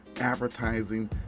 advertising